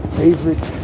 favorite